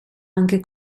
anche